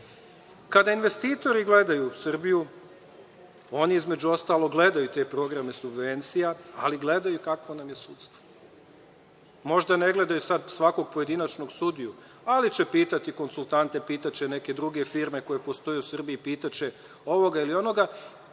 investitori gledaju u Srbiju, oni između ostalog gledaju te programe subvencija, ali gledaju i kakvo nam je sudstvo. Možda ne gledaju sad svakog pojedinačnog sudiju, ali će pitati konsultante, pitaće neke druge firme koje postoje u Srbiji, pitaće ovoga ili onoga,